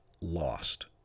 lost